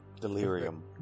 Delirium